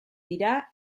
dira